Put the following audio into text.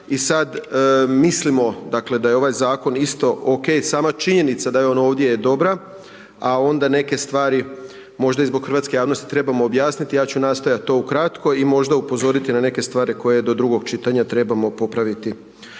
i sad mislimo dakle da je ovaj zakon isto OK i sama činjenica je on ovdje je dobra, a onda neke stvari možda i zbog hrvatske javnosti trebamo objasniti. Ja ću nastojati to ukratko i možda upozoriti na neke stvari koje do drugog čitanja trebamo popraviti.